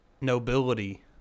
nobility